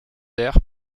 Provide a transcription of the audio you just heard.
aires